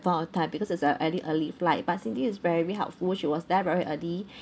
point of time because it's a very early flight but cindy is very helpful she was there very early